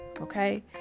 Okay